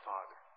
Father